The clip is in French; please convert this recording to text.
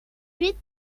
huit